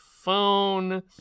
phone